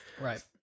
right